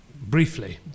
briefly